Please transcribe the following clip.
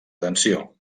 tensió